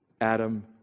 Adam